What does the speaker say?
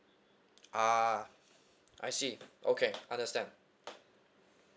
ah I see okay understand